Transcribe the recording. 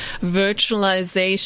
virtualization